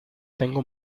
tengo